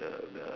the the